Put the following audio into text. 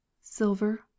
silver